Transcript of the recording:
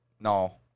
No